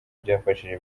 byafashije